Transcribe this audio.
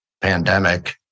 pandemic